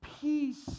peace